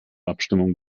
abstimmung